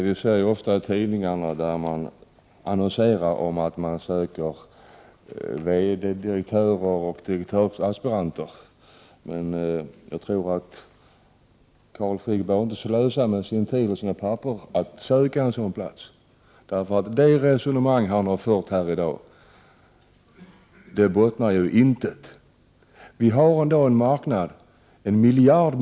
Fru talman! Vi ser ofta i tidningar annonser där man söker VD, direktör eller direktörsaspiranter. Jag tror att Carl Frick inte behöver slösa med sin tid och sina papper för att söka en sådan plats, för det resonemang som han har fört här i dag bottnar i intet. Vi har i dag en miljardmarknad inom EG. Det = Prot.